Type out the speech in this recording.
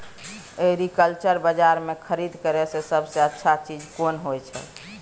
Agriculture बाजार में खरीद करे से सबसे अच्छा चीज कोन होय छै?